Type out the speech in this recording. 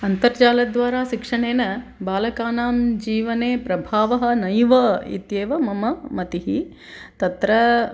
अन्तर्जालद्वारा शिक्षणेन बालकानां जीवने प्रभावः नैव इत्येव मम मतिः तत्र